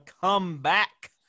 comeback